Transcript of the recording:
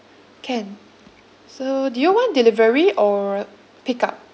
can so do you want delivery or pickup